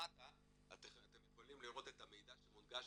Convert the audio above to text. למטה אתם יכולים לראות את המידע שמונגש